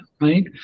right